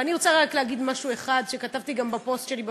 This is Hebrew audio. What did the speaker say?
ואני רוצה רק להגיד משהו אחד שכתבתי גם בפוסט שלי בפייסבוק,